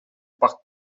par